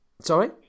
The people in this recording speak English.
Sorry